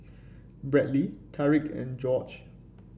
Bradley Tarik and Jorge